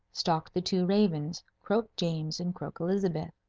stalked the two ravens croak james and croak elizabeth,